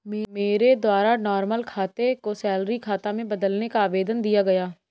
मेरे द्वारा नॉर्मल खाता को सैलरी खाता में बदलने का आवेदन दिया गया